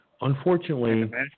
Unfortunately